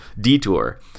detour